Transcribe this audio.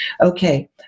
okay